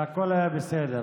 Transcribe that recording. והכול היה בסדר.